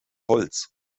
holz